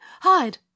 hide